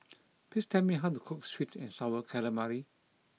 please tell me how to cook Sweet and Sour Calamari